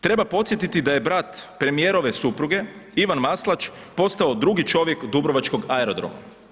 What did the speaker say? Treba podsjetiti da je brat premijerove supruge Ivan Maslač postao drugi čovjek dubrovačkog aerodroma.